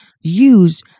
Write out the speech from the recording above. use